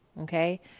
Okay